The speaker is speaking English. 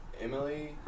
Emily